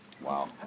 Wow